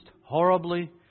horribly